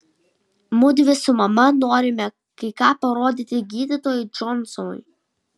mudvi su mama norime kai ką parodyti gydytojui džonsonui